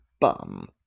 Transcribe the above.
bum